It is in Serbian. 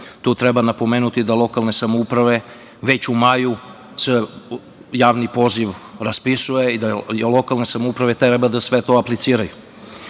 Tu treba napomenuti da lokalne samouprave već u maju javni poziv raspisuju i da lokalne samouprave treba da sve to apliciraju.